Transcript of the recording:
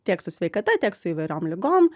tiek su sveikata tiek su įvairiom ligom